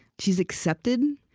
she's accepted.